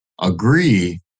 agree